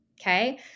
okay